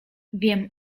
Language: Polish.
wiem